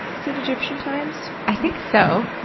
is it egyptian times? i think so.